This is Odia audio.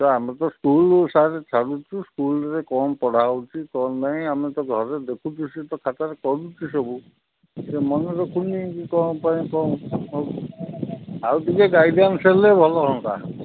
ଆମେ ତ ସ୍କୁଲ୍ ସାର୍ ଛାଡ଼ୁଛୁ ସ୍କୁଲ୍ରେ କ'ଣ ପଢ଼ା ହଉଛି କ'ଣ ନାହିଁ ଆମେ ତ ଘରେ ଦେଖୁଛୁ ସେ ତ ଖାତାରେ କରୁଛି ସବୁ ସେ ମନେ ରଖୁନି କି କ'ଣ ପାଇଁ କ'ଣ ଆଉ ଟିକେ ଗାଇଣ୍ଡାସ୍ ହେଲେ ଭଲ ହଅନ୍ତା